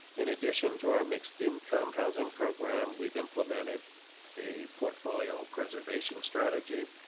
in addition to our mixed income housing program, we've implemented a portfolio preservation strategy,